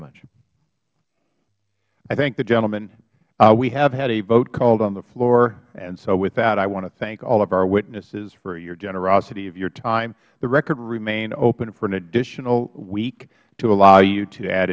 issa i thank the gentleman we have had a vote called on the floor and so with that i want to thank all of our witnesses for your generosity of your time the record will remain open for an additional week to allow you to add add